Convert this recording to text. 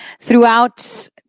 Throughout